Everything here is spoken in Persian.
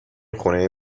خونه